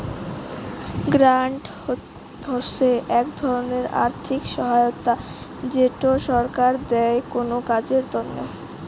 grant হসে এক ধরণের আর্থিক সহায়তা যেটো ছরকার দেয় কোনো কাজের তন্নে